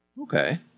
Okay